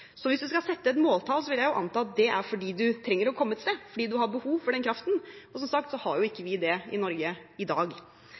Hvis man skal sette et måltall, vil jeg anta at det er fordi man trenger å komme et sted, fordi man har behov for den kraften. Som sagt har vi ikke